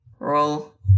Roll